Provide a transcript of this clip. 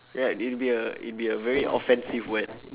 ya it'll be a it'll be a very offensive word